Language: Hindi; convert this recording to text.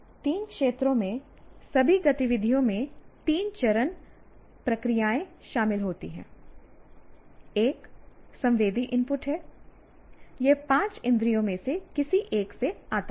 तीनों क्षेत्रों में सभी गतिविधियों में तीन चरण प्रक्रियाएँ शामिल होती हैं एक संवेदी इनपुट है यह पांच इंद्रियों में से किसी एक से आता है